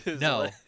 No